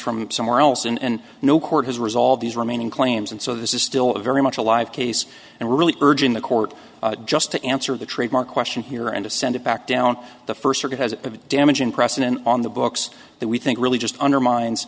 from somewhere else and no court has resolved these remaining claims and so this is still a very much alive case and really urging the court just to answer the trademark question here and to send it back down the first circuit has a damaging precedent on the books that we think really just undermines